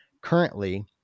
currently